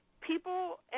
people